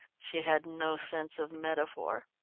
she had no sense of metaphor.